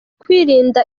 kwirinda